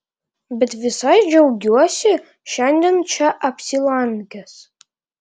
bet visai džiaugiuosi šiandien čia apsilankęs